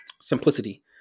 simplicity